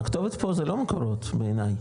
הכתובת פה זה לא מקורות בעיניי,